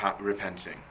repenting